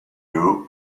you